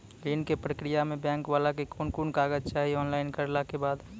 ऋण के प्रक्रिया मे बैंक वाला के कुन कुन कागज चाही, ऑनलाइन करला के बाद?